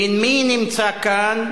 ומי נמצא כאן?